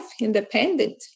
independent